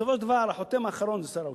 בסופו של דבר, החותם האחרון זה שר האוצר.